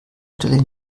stelle